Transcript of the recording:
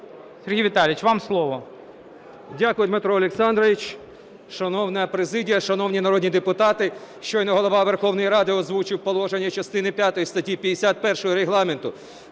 Сергій Віталійович, вам слово.